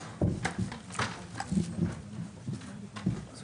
"יגיש